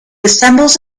assembles